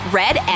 red